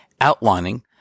outlining